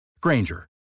Granger